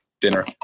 dinner